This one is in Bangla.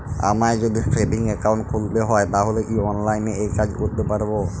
আমায় যদি সেভিংস অ্যাকাউন্ট খুলতে হয় তাহলে কি অনলাইনে এই কাজ করতে পারবো?